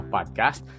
Podcast